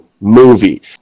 movie